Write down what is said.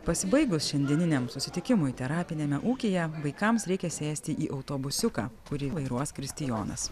pasibaigus šiandieniniam susitikimui terapiniame ūkyje vaikams reikia sėsti į autobusiuką kurį vairuos kristijonas